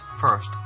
first